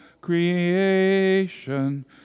creation